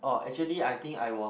uh actually I think I was